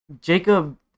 Jacob